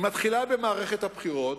היא מתחילה במערכת הבחירות,